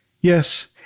Yes